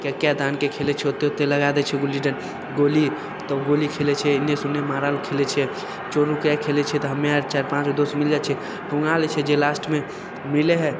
कै कै दानके खेलै छै ओतेक ओतेक लगा दै छै गुल्ली डन्ट गोली तऽ गोली खेलै छिए एन्नेसे ओन्ने मारल खेलै छिए चोर नुकैआ खेलै छिए तऽ हमे आर चारि पाँचगो दोस मिलि जाइ छिए पुङ्गा लै छिए जे लास्टमे मिलै हइ